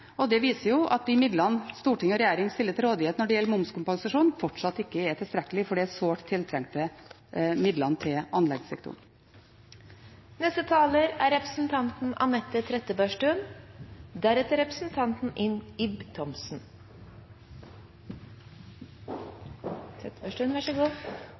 og de viser jo at de midlene storting og regjering stiller til rådighet når det gjelder momskompensasjon, fortsatt ikke er tilstrekkelig for de sårt tiltrengte midlene til